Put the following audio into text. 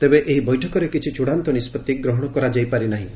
ତେବେ ଏହି ବୈଠକରେ କିଛି ଚୃଡ଼ାନ୍ତ ନିଷ୍କଭି ଗ୍ରହଣ କରାଯାଇପାରି ନାହିଁ